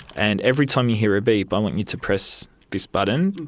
and every time you hear a beep, i want you to press this button.